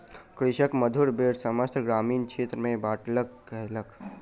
कृषक मधुर बेर समस्त ग्रामीण क्षेत्र में बाँटलक कयलक